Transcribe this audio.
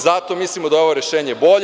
Zato mislimo da je ovo rešenje bolje.